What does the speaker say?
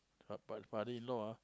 help out father-in-law ah